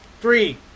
three